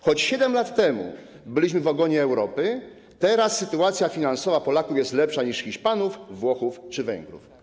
Choć 7 lat temu byliśmy w ogonie Europy, teraz sytuacja finansowa Polaków jest lepsza niż Hiszpanów, Włochów czy Węgrów.